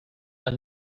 are